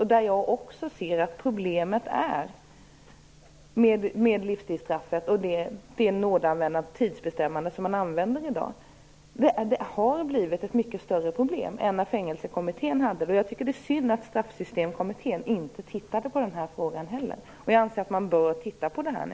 Jag ser också att problemet med livstidsstraffet är det tidsbestämmande som används i dag. Det har blivit ett mycket större problem än när Fängelsekommittén behandlade frågan. Det är synd att Straffsystemkommittén inte tittade på detta. Jag anser att man bör titta på det nu.